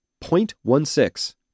0.16